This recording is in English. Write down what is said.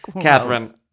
Catherine